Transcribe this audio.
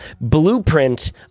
blueprint